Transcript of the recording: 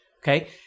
okay